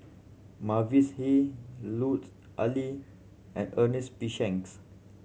Mavis Hee Lut Ali and Ernest P Shanks